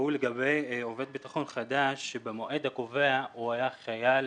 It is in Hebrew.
והוא לגבי עובד ביטחון חדש שבמועד הקובע היה חייל